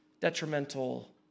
detrimental